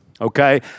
Okay